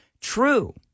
true